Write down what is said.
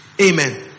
Amen